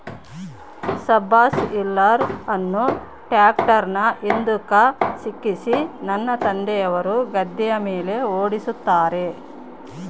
subsoiler ಅನ್ನು ಟ್ರ್ಯಾಕ್ಟರ್ನ ಹಿಂದುಕ ಸಿಕ್ಕಿಸಿ ನನ್ನ ತಂದೆಯವರು ಗದ್ದೆಯ ಮೇಲೆ ಓಡಿಸುತ್ತಾರೆ